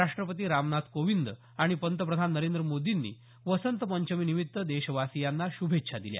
राष्ट्रपती रामनाथ कोविंद आणि पंतप्रधान नरेंद्र मोर्दींनी वसंत पंचमीनिमित्त देशवासीयांना शुभेच्छा दिल्या